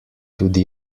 tudi